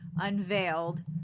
unveiled